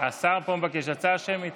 השר פה מבקש הצבעה שמית.